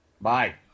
Bye